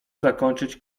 zakończyć